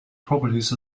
properties